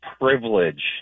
privilege